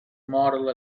model